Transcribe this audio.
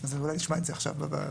אז אולי נשמע את זה עכשיו בדיון.